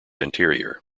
anterior